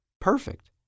Perfect